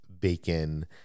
bacon